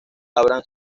abraham